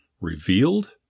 Revealed